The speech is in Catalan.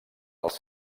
als